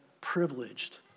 privileged